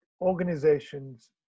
organizations